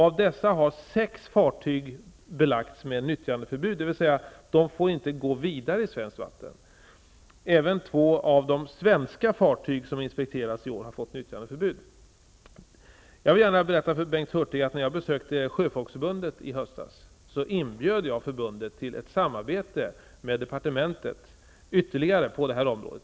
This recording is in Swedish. Av dessa har sex fartyg belagts med nyttjandeförbud, dvs. de får inte gå vidare i svenskt vatten. Även två av de svenska fartyg som inspekterats i år har fått nyttjandeförbud. Jag vill gärna berätta för Bengt Hurtig att jag, när jag besökte Sjöfolksförbundet i höstas, inbjöd förbundet till ett samarbete med departementet på detta område.